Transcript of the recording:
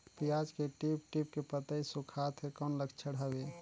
पियाज के टीप टीप के पतई सुखात हे कौन लक्षण हवे?